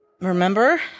remember